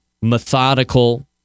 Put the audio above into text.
methodical